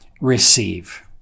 receive